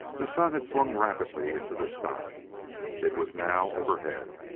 the sun had swung rapidly into the sky it was now overhead.